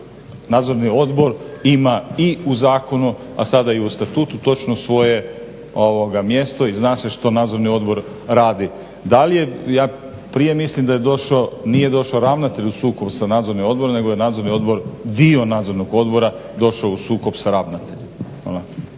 Nadzorni odbor ima i u zakonu, a sada i u Statutu točno svoje mjesto i zna se što Nadzorni odbor radi. da li je, ja prije mislim da nije došao ravnatelj u sukob sa Nadzornim odborom nego je Nadzorni odbor, dio Nadzornog odbora došao u sukob sa ravnateljem.